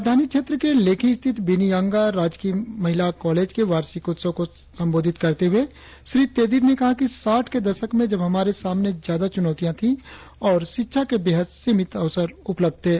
राजधानी क्षेत्र के लेखी स्थित बिनि यांगा राजकीय महिला कॉलेज के वार्षिक उत्सव समारोह को संबोधित करते हुए श्री तेदीर ने कहा कि साठ के दशक में जब हमारे सामने ज्यादा चुनौतियां थी और शिक्षा के बेहद सीमित अवसर उपलब्ध थे